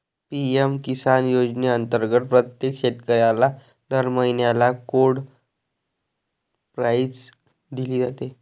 PM Kisan योजनेअंतर्गत प्रत्येक शेतकऱ्याला दर महिन्याला कोड प्राईज दिली जाते